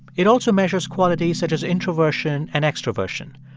it also measures qualities such as introversion and extroversion.